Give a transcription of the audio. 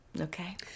Okay